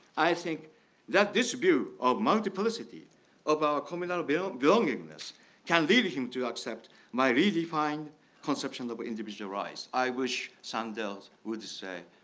i think that this view of multiplicity of our communal belongingness can lead him to accept my redefined conceptions of individual rise. i wish sandel would say,